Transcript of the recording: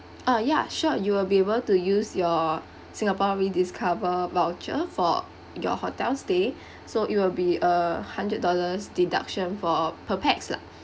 ah ya sure you'll be able to use your singapore rediscover voucher for your hotel stay so it will be a hundred dollars deduction for per pax lah